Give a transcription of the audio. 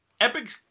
Epic